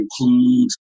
includes